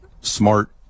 smart